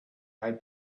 had